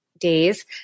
Days